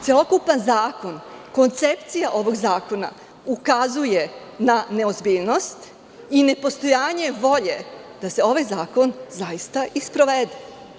Celokupan zakon, koncepcija ovog zakona ukazuje na neozbiljnost i na nepostojanje volje da se ovaj zakon zaista i sprovede.